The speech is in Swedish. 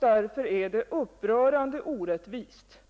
Därför är det upprörande orättvist